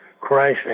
crashing